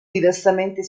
diversamente